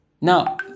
Now